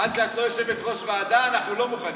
עד שאת לא יושבת-ראש ועדה אנחנו לא מוכנים.